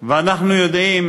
ואנחנו יודעים